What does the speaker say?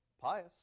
pious